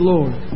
Lord